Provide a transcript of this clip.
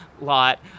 lot